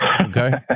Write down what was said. Okay